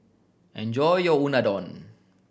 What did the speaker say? enjoy your Unadon